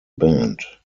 band